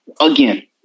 again